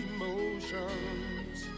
Emotions